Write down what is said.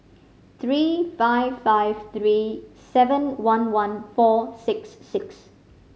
three five five three seven one one four six six